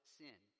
sin